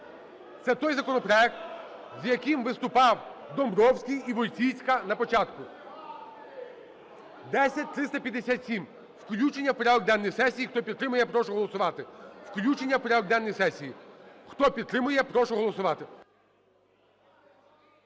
Це той законопроект, з яким виступав Домбровський і Войціцька на початку. 10357 – включення у порядок денної сесії. Хто підтримує, прошу голосувати.